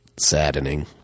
saddening